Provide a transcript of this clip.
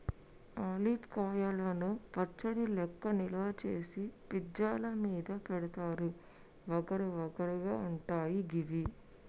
olive కాయలను పచ్చడి లెక్క నిల్వ చేసి పిజ్జా ల మీద పెడుతారు వగరు వగరు గా ఉంటయి గివి